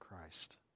Christ